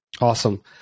Awesome